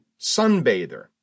Sunbather